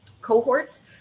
cohorts